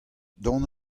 dont